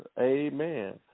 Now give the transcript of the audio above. Amen